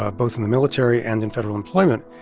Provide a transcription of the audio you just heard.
ah both in the military and in federal employment,